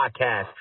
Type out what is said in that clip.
podcast